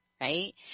right